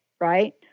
right